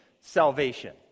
salvation